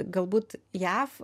galbūt jav